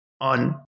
on